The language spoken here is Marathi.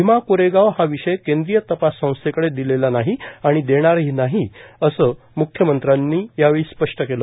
भीमा कोरेगाव हा विषय केंद्रीय तपास संस्थेकडे दिलेला नाही आणि देणारही नाही असं म्ख्यमंत्र्यांनी यावेळी स्पष्ट केलं